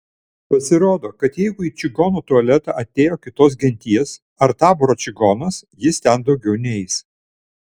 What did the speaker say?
pasirodo kad jeigu į čigono tualetą atėjo kitos genties ar taboro čigonas jis ten daugiau neeis